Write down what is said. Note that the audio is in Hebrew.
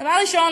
דבר ראשון,